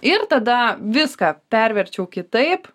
ir tada viską perverčiau kitaip